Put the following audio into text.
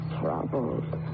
troubled